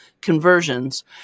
conversions